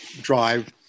drive